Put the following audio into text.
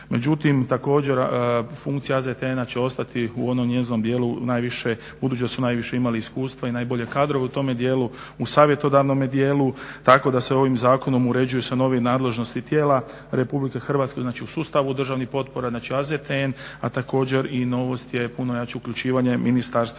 Međutim također funkcija AZTN će ostati u onom njezinom dijelu budući da su najviše imali iskustva i najbolje kadrove u tom dijelu u savjetodavnome dijelu, tako da se ovim zakonom uređuju nove nadležnosti tijela RH znači u sustavu državnih potpora znači AZTN. A također je novost puno jače uključivanje Ministarstva